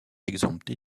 exemptés